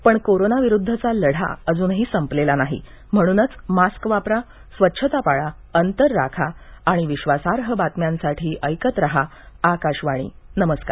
पण कोरोना विरुद्धचा लढा संपलेला नाही म्हणूनच मास्क वापरा स्वच्छता पाळा अंतर राखा आणि विश्वासार्ह बातम्यांसाठी ऐकत रहा आकाशवाणी नमस्कार